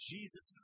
Jesus